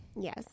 Yes